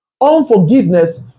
Unforgiveness